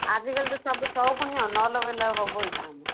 ଆଜିକାଲି ତ ସବୁ ସବୁକିନିଆ ନ ଲଗାଇଲେ ହେବ କି ଏ କାମ